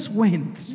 went